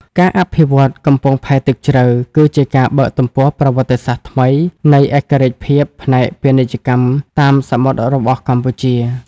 ការអភិវឌ្ឍកំពង់ផែទឹកជ្រៅ គឺជាការបើកទំព័រប្រវត្តិសាស្ត្រថ្មីនៃឯករាជ្យភាពផ្នែកពាណិជ្ជកម្មតាមសមុទ្ររបស់កម្ពុជា។